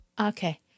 Okay